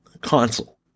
console